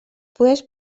poders